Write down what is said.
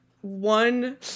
one